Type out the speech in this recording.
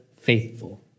faithful